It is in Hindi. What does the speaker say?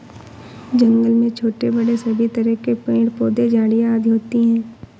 जंगल में छोटे बड़े सभी तरह के पेड़ पौधे झाड़ियां आदि होती हैं